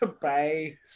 Bye